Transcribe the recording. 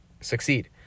succeed